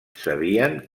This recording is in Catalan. sabien